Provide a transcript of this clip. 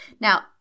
Now